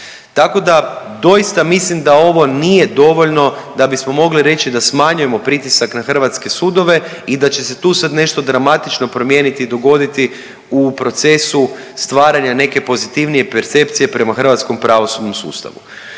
Tako da doista mislim da ovo nije dovoljno da bismo mogli reći da smanjujemo pritisak na hrvatske sudova i da će se tu sad nešto dramatično promijeniti i dogoditi u procesu stvaranja neke pozitivnije percepcije prema hrvatskom pravosudnom sustavu.